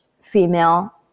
female